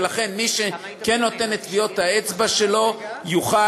ולכן מי שכן נותן את טביעות האצבע שלו יוכל